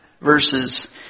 verses